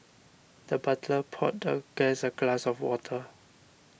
the butler poured the guest a glass of water